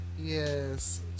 Yes